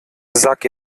sag